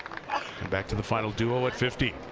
back to the final duo at fifteen.